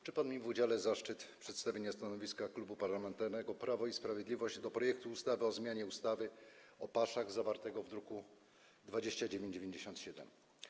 Przypadł mi w udziale zaszczyt przedstawienia stanowiska Klubu Parlamentarnego Prawo i Sprawiedliwość wobec projektu ustawy o zmianie ustawy o paszach, zawartego w druku nr 2997.